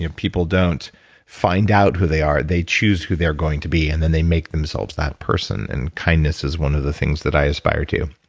you know people don't find out who they are, they choose who they're going to be and then they make themselves that person, and kindness is one of the things that i aspire to.